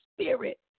spirit